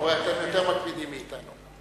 אתם יותר מקפידים מאתנו.